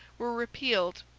were repealed,